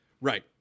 Right